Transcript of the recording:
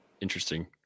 Interesting